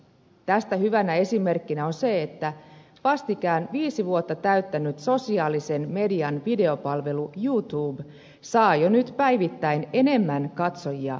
tästä hyvänä esimerkkinä on se että vastikään viisi vuotta täyttänyt sosiaalisen median videopalvelu youtube saa jo nyt päivittäin enemmän katsojia kuin televisio